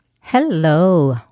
Hello